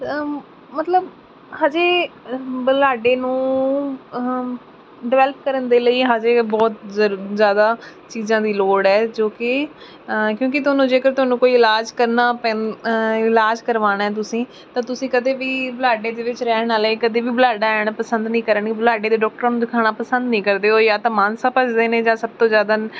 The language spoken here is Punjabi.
ਮਤਲਬ ਹਜੇ ਬੁਲਾਡੇ ਨੂੰ ਡਿਵੈਲਪ ਕਰਨ ਦੇ ਲਈ ਹਜੇ ਬਹੁਤ ਜ਼ਰ ਜ਼ਿਆਦਾ ਚੀਜ਼ਾਂ ਦੀ ਲੋੜ ਹੈ ਜੋ ਕਿ ਕਿਉਂਕਿ ਤੁਹਾਨੂੰ ਜੇਕਰ ਤੁਹਾਨੂੰ ਕੋਈ ਇਲਾਜ ਕਰਨਾ ਪੈਂ ਇਲਾਜ ਕਰਵਾਉਣਾ ਹੈ ਤੁਸੀਂ ਤਾਂ ਤੁਸੀਂ ਕਦੇ ਵੀ ਬੁਲਾਡੇ ਦੇ ਵਿੱਚ ਰਹਿਣ ਵਾਲੇ ਕਦੇ ਵੀ ਬੁਲਾਡੇ ਆਉਣਾ ਪਸੰਦ ਨਹੀਂ ਕਰਨਗੇ ਬੁਲਾਡੇ ਦੇ ਡਾਕਟਰਾਂ ਨੂੰ ਦਿਖਾਣਾ ਪਸੰਦ ਨਹੀਂ ਕਰਦੇ ਹੋ ਜਾਂ ਤਾਂ ਮਾਨਸਾ ਭੱਜਦੇ ਨੇ ਜਾਂ ਸਭ ਤੋਂ ਜ਼ਿਆਦਾ